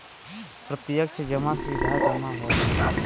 प्रत्यक्ष जमा सीधा जमा होला